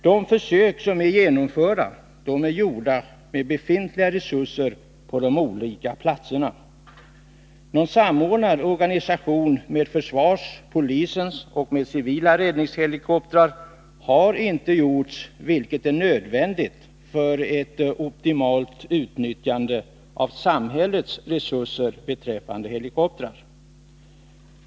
De försök som genomförts är gjorda med befintliga resurser på de olika platserna. Någon samordnad organisation med försvarets, polisens och civila räddningshelikoptrar har inte gjorts, vilket är nödvändigt för ett optimalt utnyttjande av samhällets resurser beträffande helikoptrar.